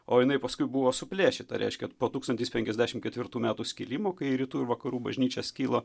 o jinai paskui buvo suplėšyta reiškia po tūkstantis penkiasdešim ketvirtų metų skilimo kai rytų ir vakarų bažnyčia skyla